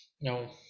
No